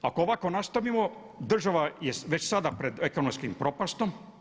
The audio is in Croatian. Ako ovako nastavimo država je već sada pred ekonomskom propašću.